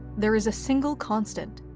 there is a single constant.